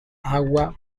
agua